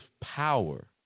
power